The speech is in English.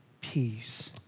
Peace